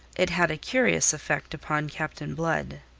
it had a curious effect upon captain blood.